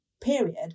period